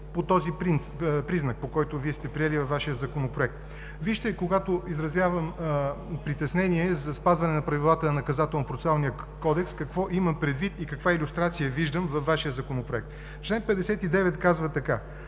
по този признак, по който Вие се приели във Вашия Законопроект. Вижте, когато изразявам притеснение за спазване на правилата на Наказателно-процесуалния кодекс, какво имам предвид и каква илюстрация виждам във Вашия Законопроект – чл. 59 казва така: